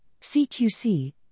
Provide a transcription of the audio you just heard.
CQC